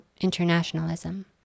internationalism